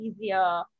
easier